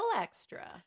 extra